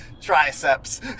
triceps